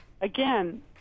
Again